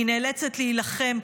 היא נאלצת להילחם,